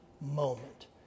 moment